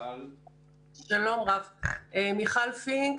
מיכל פינק,